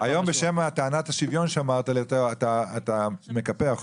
היום, בשם טענת השוויון שהזכרת, אתה מקפח אותו.